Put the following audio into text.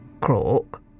Croak